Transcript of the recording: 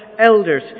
elders